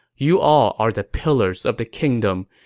you all are the pillars of the kingdom.